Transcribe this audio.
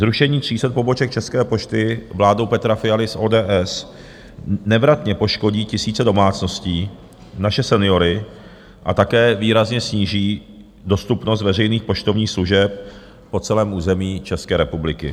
Zrušení 300 poboček České pošty vládou Petra Fialy z ODS nevratně poškodí tisíce domácností, naše seniory a také výrazně sníží dostupnost veřejných poštovních služeb po celém území České republiky.